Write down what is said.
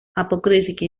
αποκρίθηκε